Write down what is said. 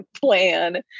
plan